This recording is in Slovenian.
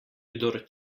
kdor